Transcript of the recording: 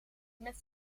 met